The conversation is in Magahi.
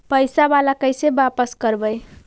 पैसा बाला कैसे बापस करबय?